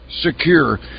secure